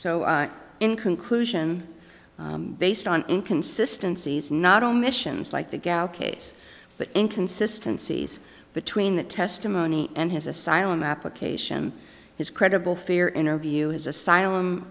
so in conclusion based on inconsistency is not omissions like the gal case but inconsistency between the testimony and his asylum application is credible fear interview is asylum